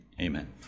amen